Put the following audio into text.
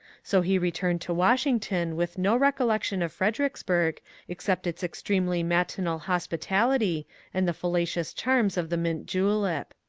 so he returned to washing ton with no recollection of fredericksburg except its ex tremely matinal hospitality and the fallacious charms of the mint-julep.